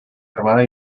armada